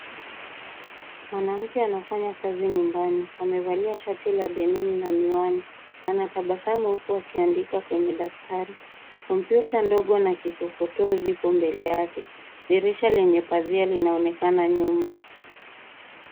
Mwanamke anafanya kazi nyumbani. Amevalia shati la denim na miwani. Anatabasamu huku akiandika kwenye daftari. Kompyuta ndogo na kikokotoo zipo mbele yake. Dirisha lenye pazia linaonekana nyuma.